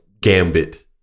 gambit